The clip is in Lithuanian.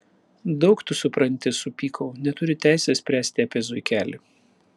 daug tu supranti supykau neturi teisės spręsti apie zuikelį